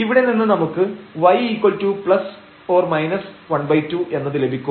ഇവിടെ നിന്ന് നമുക്ക് y±12 എന്നത് ലഭിക്കും